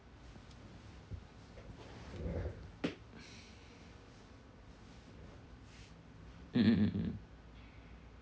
mm mm mm mm mm